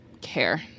care